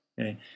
okay